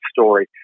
story